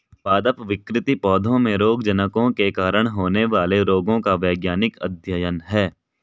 पादप विकृति पौधों में रोगजनकों के कारण होने वाले रोगों का वैज्ञानिक अध्ययन है